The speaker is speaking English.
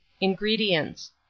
Ingredients